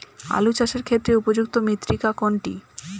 আলু চাষের ক্ষেত্রে উপযুক্ত মৃত্তিকা কোনটি?